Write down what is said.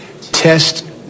test